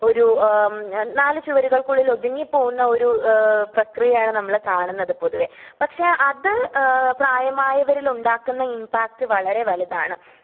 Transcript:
ഒരു നാലു ചുവരുകള്ക്കുള്ളിൽ ഒതുങ്ങിപ്പോവുന്ന ഒരു പ്രക്രിയയാണ് നമ്മൾ കാണുന്നത് പൊതുവേ പക്ഷെ അത് പ്രായമായവരിൽ ഉണ്ടാക്കുന്ന ഇമ്പാക്റ്റ് വളരെ വലുതാണ്